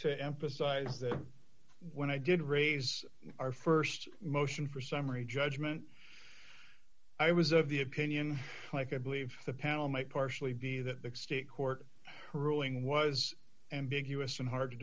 to emphasize that when i did raise our st motion for summary judgment i was of the opinion like i believe the panel might partially be that the state court ruling was ambiguous and hard to